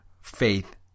faith